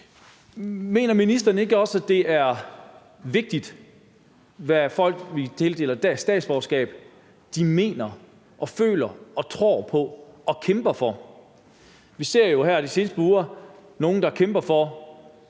Mener ministeren ikke også, at det er vigtigt, hvad folk, vi tildeler statsborgerskab, mener, føler, tror på og kæmper for? Vi har jo her de seneste par uger set nogle, der kæmper for,